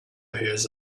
hears